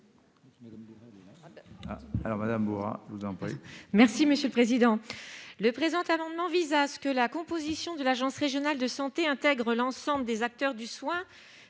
Mme Toine Bourrat. Le présent amendement vise à ce que la composition de l'Agence régionale de santé intègre l'ensemble des acteurs du soin,